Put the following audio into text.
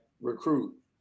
recruit